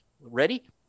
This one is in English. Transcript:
ready